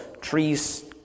trees